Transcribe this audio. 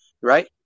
right